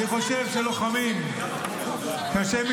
אבל בגלל זה לא הצלחת בחוק הזה.